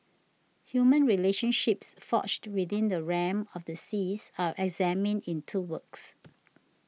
human relationships forged within the realm of the seas are examined in two works